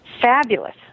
Fabulous